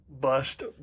bust